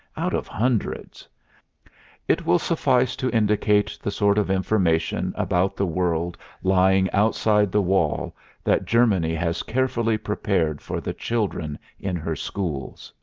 out of hundreds it will suffice to indicate the sort of information about the world lying outside the wall that germany has carefully prepared for the children in her schools.